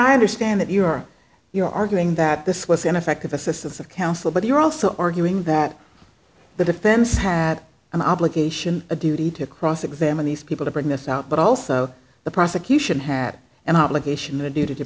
i understand that you are you're arguing that this was ineffective assistance of counsel but you're also arguing that the defense had an obligation a duty to cross examine these people to bring this out but also the prosecution had an obligation to do to